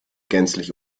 gänzlich